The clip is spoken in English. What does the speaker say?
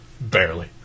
barely